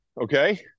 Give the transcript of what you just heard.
okay